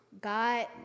God